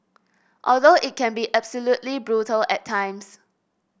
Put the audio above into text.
although it can be absolutely brutal at times